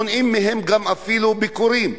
מונעים מהם אפילו ביקורים,